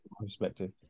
perspective